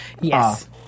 Yes